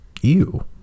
Ew